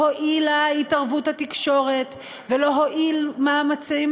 לא הועילה התערבות התקשורת ולא הועילו מאמצים